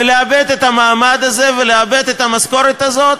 ולאבד את המעמד הזה ולאבד את המשכורת הזאת,